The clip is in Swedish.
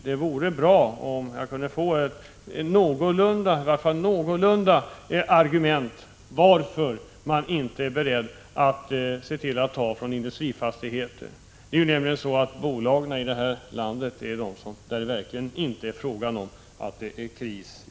Det vore bra om jag kunde få i varje fall något argument för att man inte är beredd att lägga denna skatt även på industrifastigheter. Bolagen här i landet lever verkligen inte i någon likviditetskris.